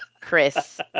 Chris